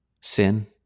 sin